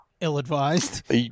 Ill-advised